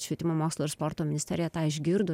švietimo mokslo ir sporto ministerija tą išgirdo